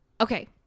Okay